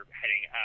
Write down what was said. heading